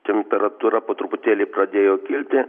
temperatūra po truputėlį pradėjo kilti